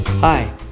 Hi